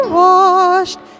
washed